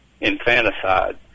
infanticide